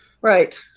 Right